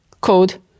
code